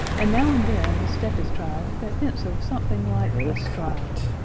and now and then a step is tried that hints of something like a stride.